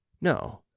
No